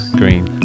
green